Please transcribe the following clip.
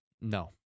No